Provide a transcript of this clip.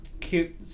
cute